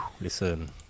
listen